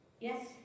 Yes